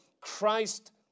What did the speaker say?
Christ